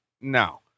no